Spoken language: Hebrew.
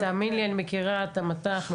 תאמין לי אני מכירה את המט"ח,